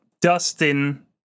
Dustin